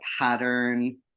pattern